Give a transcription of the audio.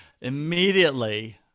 immediately